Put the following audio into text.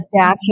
dash